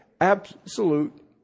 absolute